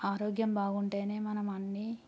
ఆరోగ్యం బాగుంటే మనం అన్నీ